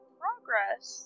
progress